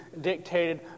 dictated